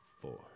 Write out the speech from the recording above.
four